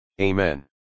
Amen